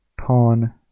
pawn